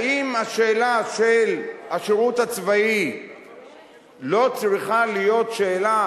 האם השאלה של השירות הצבאי לא צריכה להיות שאלה